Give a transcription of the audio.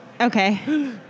Okay